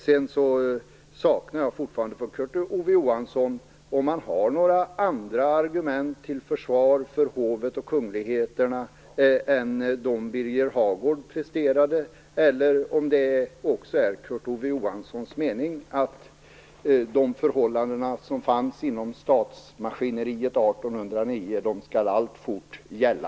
Fortfarande saknar jag ett besked från Kurt Ove Johansson om han har några andra argument till försvar för hovet och kungligheterna än de som Birger Hagård presterade eller om det också är Kurt Ove Johanssons mening att de förhållanden som gällde inom statsmaskineriet 1809 alltfort skall gälla.